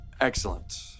Excellent